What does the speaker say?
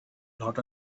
not